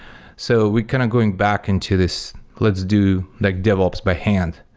so we're kind of going back into this let's do like dev ops by hand,